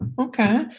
okay